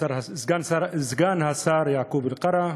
סגן השר איוב קרא,